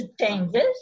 changes